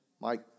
Mike